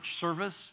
service